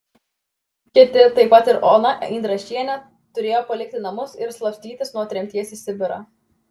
kiti taip pat ir ona indrašienė turėjo palikti namus ir slapstytis nuo tremties į sibirą